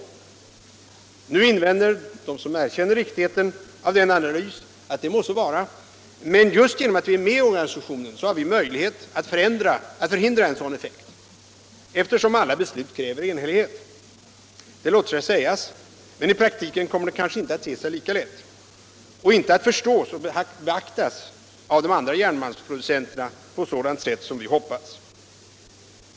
Nu invänder de som erkänner riktigheten av denna analys: ”Det må så vara, men just genom att vi är med i organisationen har vi möjlighet att förhindra en sådan effekt, eftersom alla beslut kräver enhällighet.” Det låter sig sägas, men i praktiken kommer det kanske inte att te sig lika lätt och inte att förstås och beaktas av de andra järnmalmsproducenterna på sådant sätt som vi hoppas.